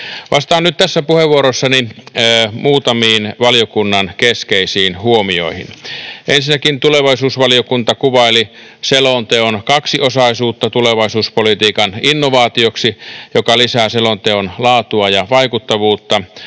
Vastaan nyt tässä puheenvuorossani muutamiin valiokunnan keskeisiin huomioihin. Ensinnäkin, tulevaisuusvaliokunta kuvaili selonteon kaksiosaisuutta tulevaisuuspolitiikan innovaatioksi, joka lisää selonteon laatua ja vaikuttavuutta.